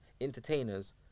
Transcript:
entertainers